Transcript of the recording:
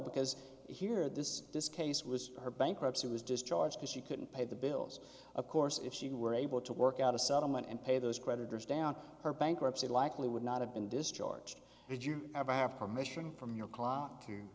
because here this this case was her bankruptcy was discharged because she couldn't pay the bills of course if she were able to work out a settlement and pay those creditors down her bankruptcy likely would not have been discharged would you ever have permission from your clock to